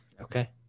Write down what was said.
okay